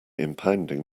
impounding